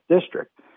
district